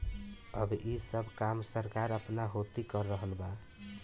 अब ई सब काम सरकार आपना होती कर रहल बा